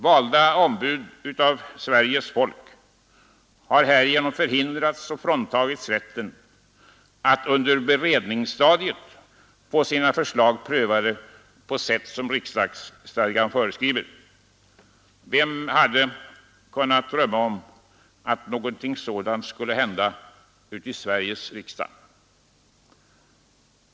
Valda ombud för Sveriges folk har härigenom, herr talman, fråntagits rätten att under beredningsstadiet få sina förslag prövade på sätt som riksdagsstadgan föreskriver. Vem hade kunnat drömma om att någonting sådant skulle hända uti Sveriges riksdag?